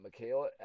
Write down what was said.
Michaela